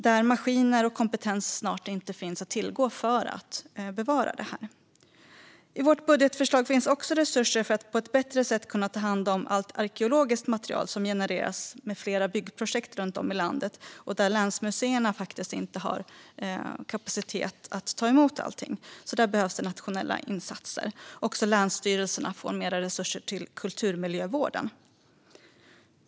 Där finns maskiner och kompetens snart inte att tillgå för att bevara det. I vårt budgetförslag finns också resurser för att man på ett bättre sätt ska kunna ta hand om allt arkeologiskt material som genereras i och med att fler byggprojekt drar igång runt om i landet. Länsmuseerna har inte kapacitet att ta emot allt. Där behövs nationella insatser. Också länsstyrelserna får mer resurser till kulturmiljövården.